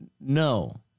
no